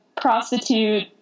prostitute